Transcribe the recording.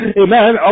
amen